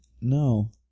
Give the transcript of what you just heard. no